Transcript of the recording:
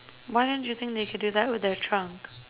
why don't you think they can do that with their trunks